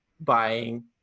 buying